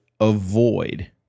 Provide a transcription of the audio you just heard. avoid